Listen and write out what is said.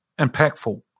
impactful